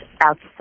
outside